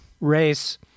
race